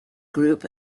group